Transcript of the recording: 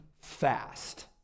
fast